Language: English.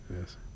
yes